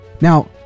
Now